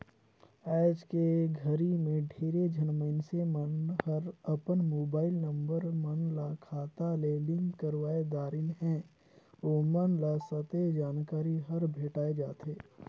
आइज के घरी मे ढेरे झन मइनसे मन हर अपन मुबाईल नंबर मन ल खाता ले लिंक करवाये दारेन है, ओमन ल सथे जानकारी हर भेंटाये जाथें